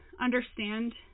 understand